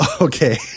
Okay